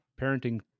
parenting